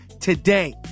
today